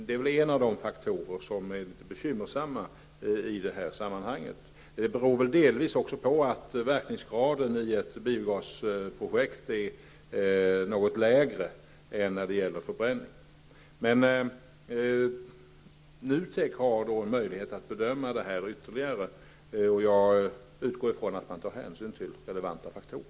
Det är väl en av de faktorer som är litet bekymmersamma i de här sammanhanget. Det beror kanske delvis också på att verkningsgraden i ett biogasprojekt är något lägre än när det gäller förbränning. NUTEK har en möjlighet att bedöma detta ytterligare. Jag utgår från att man då tar hänsyn till relevanta faktorer.